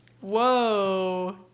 Whoa